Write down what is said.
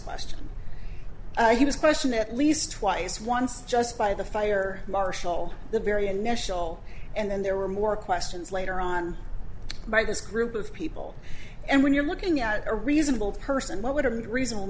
questioned he was questioned at least twice once just by the fire marshal the very initial and then there were more questions later on by this group of people and when you're looking at a reasonable person what would have made reasonable